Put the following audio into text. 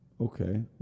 Okay